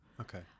Okay